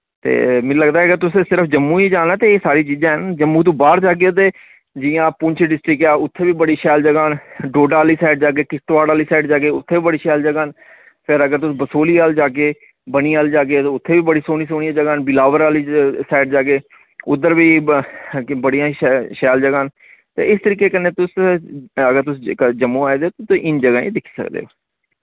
ते मिगी लगदा अगर तुस सिर्फ जम्मू ही जाना ते एह् सारी चीजां न ते जम्मू तु बाह्र जाग्गे ते जि'यां पूंछ डिस्ट्रिक ऐ उत्थे वी बड़ी शैल जगहं न डोडा आह्ली साइड जागे किश्तवाड़ आह्ली साइड जागे उत्थे वी बड़ी शैल जगह न फिर अगर तुस बसोली अल जागे बनिहाल जागे ते उत्थे वी बड़ी सोह्नी सोह्नियां जगह न बिलावर आह्ली साइड जागे उद्दर वी बड़ियां शै शैल जगहं न ते इस तरीके कन्नै तुस अगर तुस जेह्का जम्मू आए दे ओ ते इन जगहं ही दिक्खी सकदे ओ